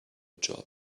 job